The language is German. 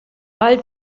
bald